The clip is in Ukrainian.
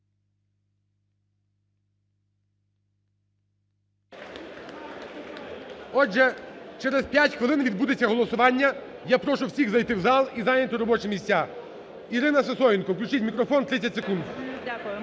Отже, через 5 хвилин відбудеться голосування. Я прошу всіх зайти в зал і зайняти робочі місця. Ірина Сисоєнко, включіть мікрофон, 30 секунд.